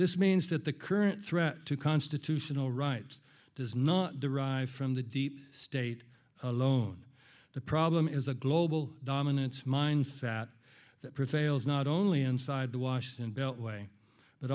this means that the current threat to constitutional rights does not derive from the deep state alone the problem is a global dominance mines that prevails not only inside the washington beltway but